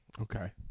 Okay